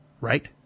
Right